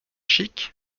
chic